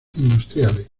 industriales